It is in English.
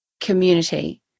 community